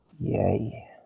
Yay